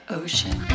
ocean